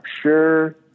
sure